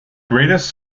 greatest